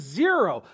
zero